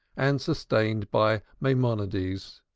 and sustained by maimonides.